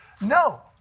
No